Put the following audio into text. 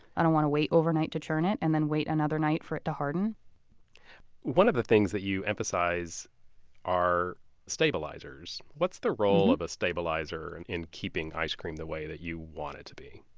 i don't want to wait overnight to churn it and then wait another night for it to harden one of the things that you emphasize are stabilizers. what's the role of a stabilizer and in keeping ice cream the way that you want it to be?